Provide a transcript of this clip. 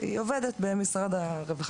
עובדת במשרד הרווחה,